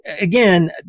again